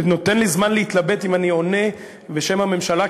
תן לי זמן להתלבט אם אני עונה בשם הממשלה,